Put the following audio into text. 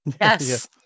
Yes